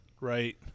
Right